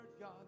God